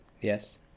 Yes